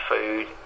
food